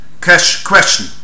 Question